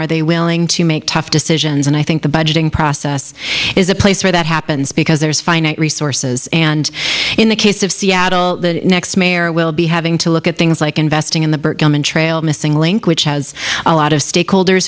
are they willing to make tough decisions and i think the budgeting process is a place where that happens because there is finite resources and in the case of seattle the next mayor will be having to look at things like investing in the trail miss link which has a lot of stakeholders